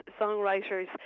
songwriters